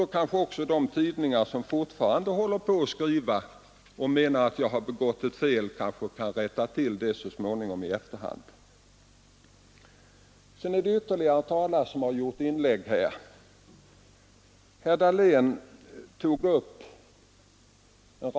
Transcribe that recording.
Då kanske också de tidningar som fortfarande skriver om detta och anser att jag har begått ett fel kan rätta till det i efterhand. Jag vill bemöta ytterligare talare som gjort inlägg i debatten.